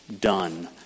done